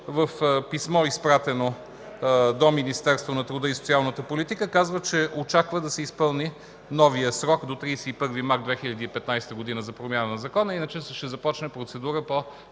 в писмо, изпратено до Министерството на труда и социалната политика, казва, че очаква да се изпълни новият срок до 31 март 2015 г. за промяна на закона, иначе ще започне процедура по